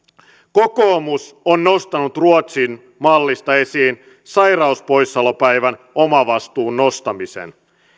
kokoomus on nostanut ruotsin mallista esiin sairauspoissaolopäivän omavastuun nostamisen